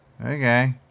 Okay